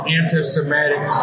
anti-Semitic